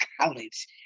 college